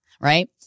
Right